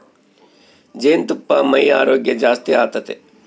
ಜೇನುತುಪ್ಪಾ ಮೈಯ ಆರೋಗ್ಯ ಜಾಸ್ತಿ ಆತತೆ